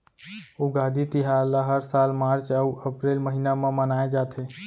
उगादी तिहार ल हर साल मार्च अउ अपरेल महिना म मनाए जाथे